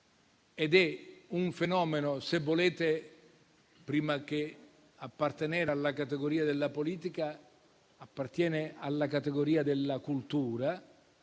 ed è un fenomeno che, se volete, prima di appartenere alla categoria della politica, appartiene alla categoria della cultura.